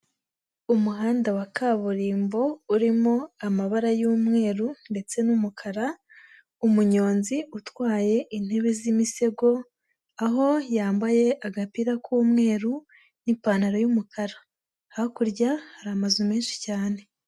Umuhanda wa kaburimbo urimo amabara y'umweru ndetse n'umukara, umunyonzi utwaye intebe z'imisego, aho yambaye agapira k'umweru n'ipantaro y'umukara, hakurya hari amazu menshi cyane.